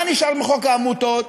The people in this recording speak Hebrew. מה נשאר מחוק העמותות?